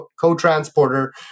co-transporter